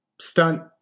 stunt